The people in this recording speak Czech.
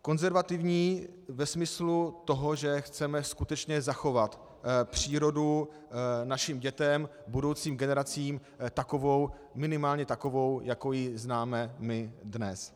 Konzervativní ve smyslu toho, že chceme skutečně zachovat přírodu našim dětem, budoucím generacím, minimálně takovou, jakou ji známe my dnes.